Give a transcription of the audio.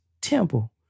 temple